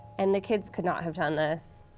and the kids could not have done this,